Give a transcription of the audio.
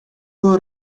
wol